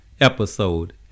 episode